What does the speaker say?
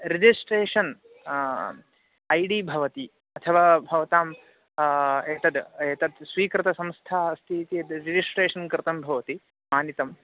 registration I D भवति अथवा भवतां एतद् एतत् स्वीकृतसंस्था अस्ति इति यद् रिजिस्ट्रेशन् कृतं भवति मानितम्